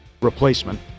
Replacement